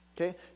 okay